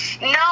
No